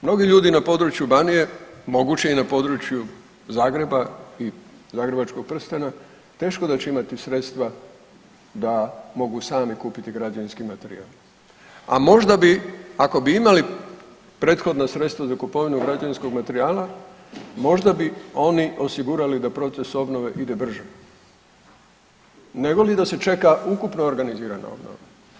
Mnogi ljudi na području Banije, moguće i na području Zagreba i Zagrebačkog prstena teško da će imati sredstva da mogu sami kupiti građevinski materijal, a možda bi ako bi imali prethodna sredstva za kupovinu građevinskog materijala možda bi oni osigurali da proces obnove ide brže negoli da se čeka ukupno organizirana obnova.